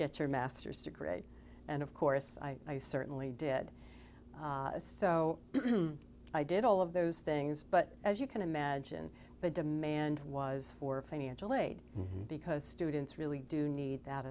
get your master's degree and of course i certainly did so i did all of those things but as you can imagine the demand was for financial aid because students really do need that